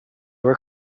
were